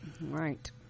Right